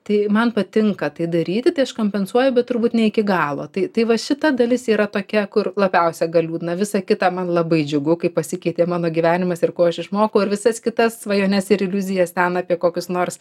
tai man patinka tai daryti tai aš kompensuoju bet turbūt ne iki galo tai tai va šita dalis yra tokia kur labiausiai gan liūdna visa kita man labai džiugu kai pasikeitė mano gyvenimas ir ko aš išmokau ir visas kitas svajones ir iliuzijas ten apie kokius nors